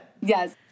yes